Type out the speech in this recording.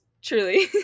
Truly